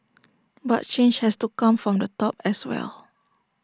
but change has to come from the top as well